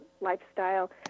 lifestyle